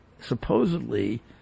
supposedly